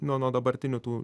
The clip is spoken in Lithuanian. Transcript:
nuo nuo dabartinių tų